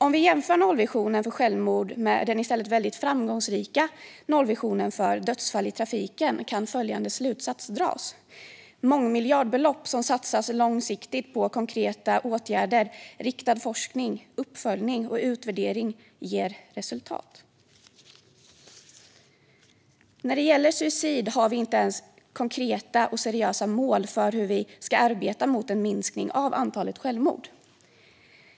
Om vi jämför nollvisionen för självmord med den i stället väldigt framgångsrika nollvisionen för dödsfall i trafiken, kan följande slutsats dras: Mångmiljardbelopp som satsas långsiktigt på konkreta åtgärder, riktad forskning, uppföljning och utvärdering ger resultat. När det gäller suicid har vi inte ens konkreta och seriösa mål för hur vi ska arbeta för en minskning av antalet självmord.